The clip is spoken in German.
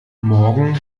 morgen